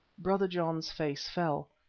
brother john's face fell.